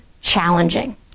challenging